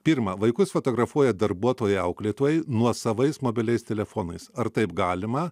pirmą vaikus fotografuoja darbuotojai auklėtojai nuosavais mobiliais telefonais ar taip galima